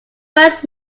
first